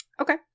Okay